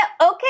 okay